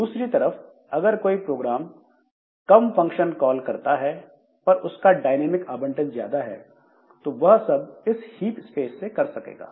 दूसरी तरफ अगर कोई प्रोग्राम कम फंक्शन कॉल करता है पर उसका डायनेमिक आवंटन ज्यादा है तो वह सब इस हीप स्पेस से कर सकेगा